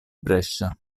brescia